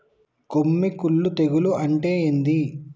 కొమ్మి కుల్లు తెగులు అంటే ఏంది?